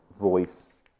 voice